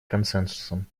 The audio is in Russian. консенсусом